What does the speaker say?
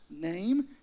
name